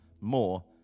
more